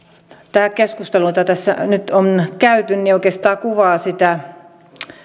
tämä keskustelu jota tässä nyt on käyty oikeastaan kuvaa sitä